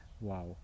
wow